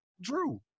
drew